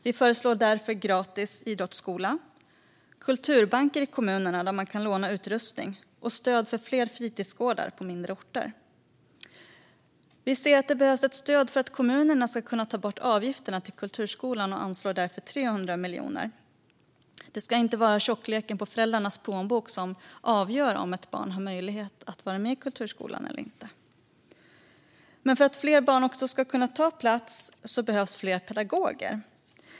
Vi föreslår därför gratis idrottsskola, kulturbanker i kommunerna, där man kan låna utrustning, och stöd till fler fritidsgårdar på mindre orter. Vi ser att det behövs ett stöd för att kommunerna ska kunna ta bort avgifterna till kulturskolan och anslår därför 300 miljoner. Det ska inte vara tjockleken på föräldrarnas plånbok som avgör om ett barn har möjlighet att vara med i kulturskolan eller inte. Men för att fler barn ska kunna ta plats behövs fler pedagoger.